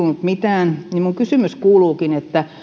mitään niin minun kysymykseni kuuluukin